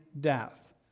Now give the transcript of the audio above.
death